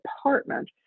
department